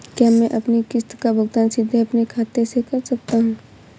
क्या मैं अपनी किश्त का भुगतान सीधे अपने खाते से कर सकता हूँ?